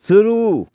शुरू